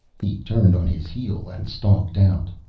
he turned on his heel and stalked out.